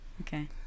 Okay